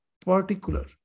particular